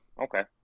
okay